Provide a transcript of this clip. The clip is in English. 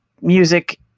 music